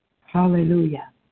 Hallelujah